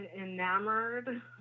enamored